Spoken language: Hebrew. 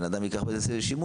בן אדם ייקח ויעשה בזה שימוש,